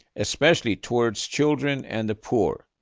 especially towards children and the poor,